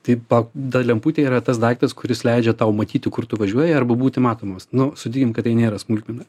tai pa ta lemputė yra tas daiktas kuris leidžia tau matyti kur tu važiuoji arba būti matomas nu sutikim kad tai nėra smulkmena